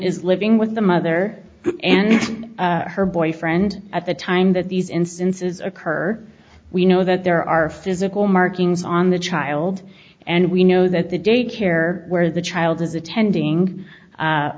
is living with the mother and her boyfriend at the time that these instances occur we know that there are physical markings on the child and we know that the daycare where the child is attending